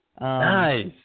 Nice